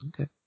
Okay